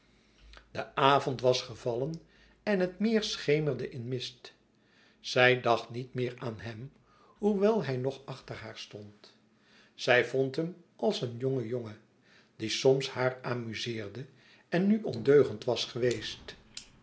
de avond was gevallen en het meer schemerde in mist zij dacht niet meer aan hem hoewel hij noch achter haar stond zij vond hem als een jonge jongen die soms haar amuzeerde en nu ondeugend was geweest